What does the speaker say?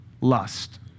lust